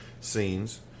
scenes